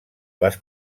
les